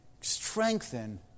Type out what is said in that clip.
strengthen